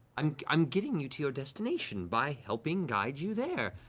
um i'm getting you to your destination by helping guide you there.